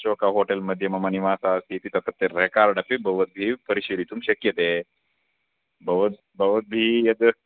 अशोका होटेल्मध्ये मम निवासः अस्ति इति तत्रत्य रेकार्ड् अपि भवद्भिः परिशीलितुं शक्यते बवद् भवद्भिः यद्